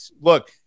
Look